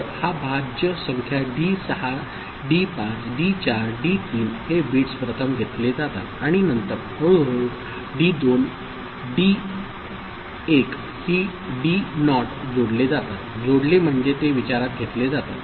तर हा भाज्य संख्या डी 6 डी 5 डी 4 डी 3 हे बिट्स प्रथम घेतले जातात आणि नंतर हळूहळू डी 2 डी 1 डी नॉट जोडले जातातजोडले म्हणजे ते विचारात घेतले जातात